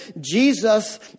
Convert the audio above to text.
Jesus